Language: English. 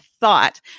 thought